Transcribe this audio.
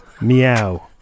Meow